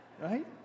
Right